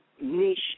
niche